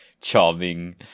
charming